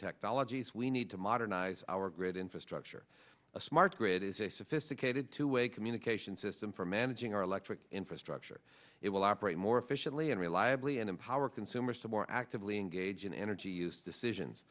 technologies we need to modernize our grid infrastructure a smart grid is a sophisticated two way communication system for managing our electric infrastructure it will operate more efficiently and reliably and empower consumers to more actively engage in energy use decisions